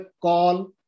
call